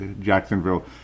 Jacksonville